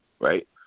right